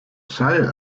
say